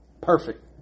Perfect